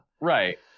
right